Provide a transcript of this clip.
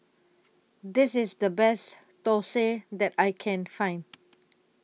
This IS The Best Thosai that I Can Find